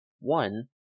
one